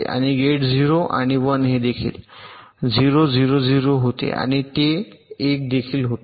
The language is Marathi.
आणि गेट 0 आणि 1 हे देखील 0 0 0 होते आणि ते 1 देखील होते